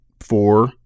Four